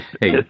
Hey